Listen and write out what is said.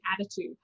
attitude